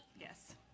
Yes